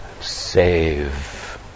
save